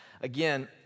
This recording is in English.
again